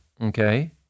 okay